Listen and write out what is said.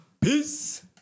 Peace